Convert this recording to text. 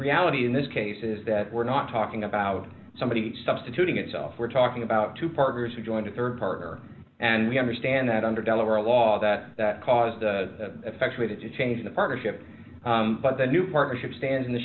reality in this case is that we're not talking about somebody substituting itself we're talking about two partners who joined a rd partner and we understand that under delaware law that that caused effectuated to change the partnership but the new partnership stand in the